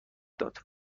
داد